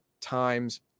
times